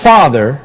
Father